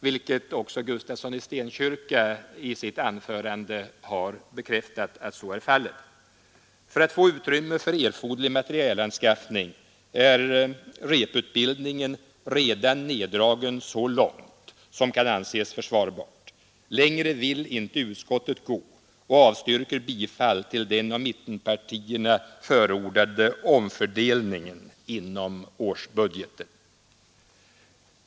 Herr Gustafsson i Stenkyrka har i sitt anförande bekräftat att så är fallet. För att få utrymme för erforderlig materielanskaffning är reputbildningen redan neddragen så långt som kan anses försvarbart. Längre vill inte utskottet gå och avstyrker bifall till den av mittenpartierna förordade omfördelningen inom årsbudgeten.